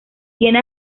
tiene